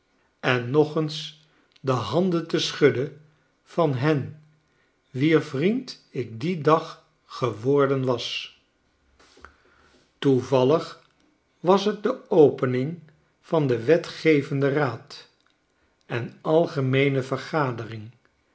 en nog eens de handen te schudden van hen wier vriend ik diendaggeworden was toevallig was t de opening van den wetgevenden raad en algemeene vergadering